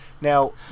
Now